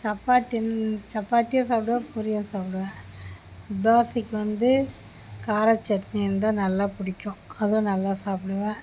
சப்பாத்தின் சப்பாத்தியும் சாப்பிடுவேன் பூரியும் சாப்பிடுவேன் தோசைக்கு வந்து காரச்சட்டினி இருந்தால் நல்லா பிடிக்கும் அதுவும் நல்லா சாப்பிடுவேன்